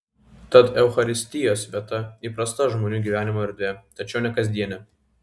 tad eucharistijos vieta įprasta žmonių gyvenimo erdvė tačiau ne kasdienė